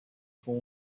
con